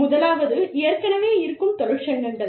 முதலாவது ஏற்கனவே இருக்கும் தொழிற்சங்கங்கள்